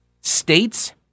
states